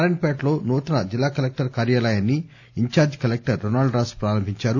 నారాయణ పేట్ లో నూతన జిల్లాకలెక్టర్ కార్యాలయాన్ని in charge collector Ronald Ross ప్రారంభించారు